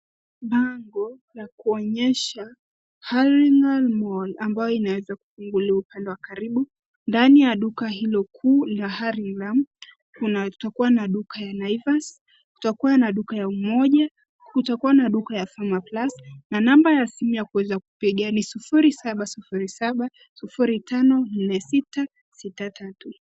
Bango la kuonyesha Hurlingham Mall ambayo inaweza kufunguliwa upande wa karibu. Ndani ya duka hilo kuu ya Hurlingham, kutakuwa na duka ya Naivas, kutakuwa na duka ya Umoja, kutakuwa na duka ya Pharmaplus na namba ya simu ya kuweza kupiga ni sufuri saba sufuri saba sufuri tano nne sita sita tatu.